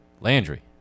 Landry